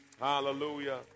Hallelujah